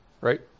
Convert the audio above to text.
right